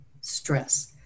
stress